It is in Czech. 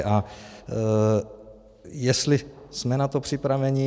A jestli jsme na to připraveni.